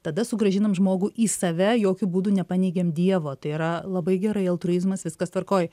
tada sugrąžinam žmogų į save jokiu būdu nepaneigiam dievo tai yra labai gerai altruizmas viskas tvarkoj